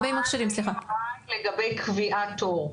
לגבי קביעת תור.